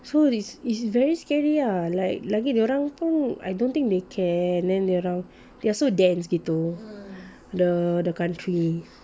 so this is very scary ah like lagi dorang pun I don't think they care then they are so dense gitu the the country